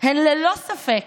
הן ללא ספק